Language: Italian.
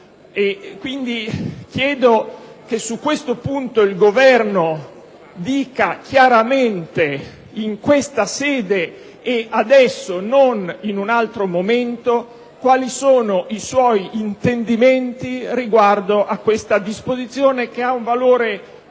quindi chiedo che il Governo dica chiaramente, in questa sede e adesso (non in un altro momento), quali sono i suoi intendimenti riguardo a questa disposizione, che ha un valore